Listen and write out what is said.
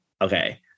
okay